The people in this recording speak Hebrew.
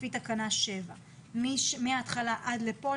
לפי תקנה 7". מהתחלה עד לכאן,